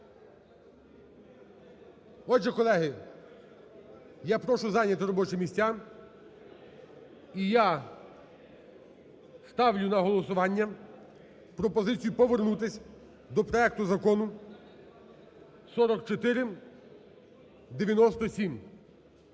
Отже, колеги, я прошу зайняти робочі місця і ставлю на голосування пропозицію повернутись до проекту Закону (4497).